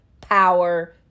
power